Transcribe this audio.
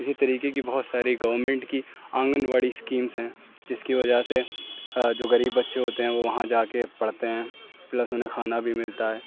اسی طریقے کی بہت ساری گورنمنٹ کی آنگن واڑی اسکیمس ہیں جس کی وجہ سے جو غریب بچے ہوتے ہیں وہ وہاں جا کے پڑھتے ہیں پلس انہیں کھانا بھی ملتا ہے